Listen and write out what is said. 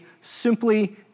simply